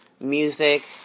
music